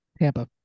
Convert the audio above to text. Tampa